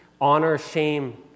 honor-shame